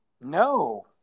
No